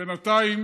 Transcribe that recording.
בינתיים,